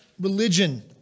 religion